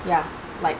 ya like